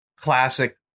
classic